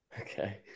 Okay